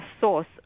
source